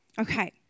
Okay